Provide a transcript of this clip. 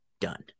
done